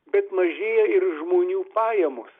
bet mažėja ir žmonių pajamos